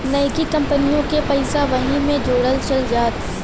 नइकी कंपनिओ के पइसा वही मे जोड़ल चल जात